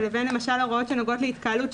לבין למשל ההוראות שנוגעות להתקהלות,